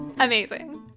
Amazing